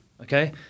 okay